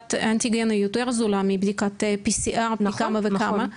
בדיקת אנטיגן היא יותר זולה מבדיקת PCR פי כמה וכמה.